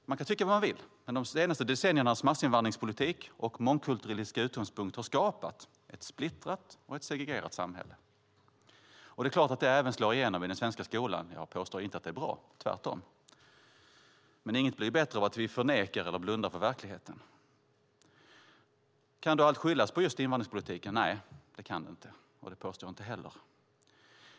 Man kan tycka vad man vill, men de senaste decenniernas mass-invandringspolitik och mångkulturalistiska utgångspunkt har skapat ett splittrat och segregerat samhälle. Det är klart att det även slår igenom i den svenska skolan. Jag påstår inte att det är bra, tvärtom. Men inget blir bättre av att vi förnekar eller blundar för verkligheten. Kan då allt skyllas på just invandringspolitiken? Nej, det kan det inte. Det påstår jag inte heller.